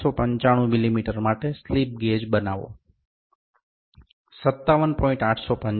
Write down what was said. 895 મીમી માટે slip gauge બનાવો 57